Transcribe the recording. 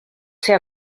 ser